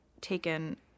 taken